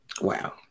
Wow